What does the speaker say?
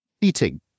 eating